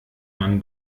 man